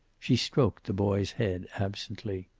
she stroked the boy's head absently.